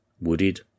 wooded